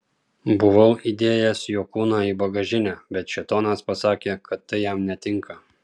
buvau įdėjęs jo kūną į bagažinę bet šėtonas pasakė kad tai jam netinka